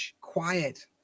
quiet